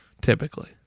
typically